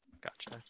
Gotcha